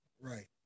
Right